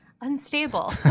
unstable